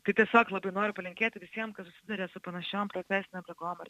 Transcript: tai tiesiog labai noriu palinkėti tiem kas susiduria su panašiom profesinėm ligom ar